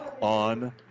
on